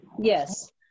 Yes